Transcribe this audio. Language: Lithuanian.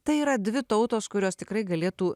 tai yra dvi tautos kurios tikrai galėtų